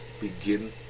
begin